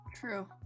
True